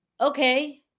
okay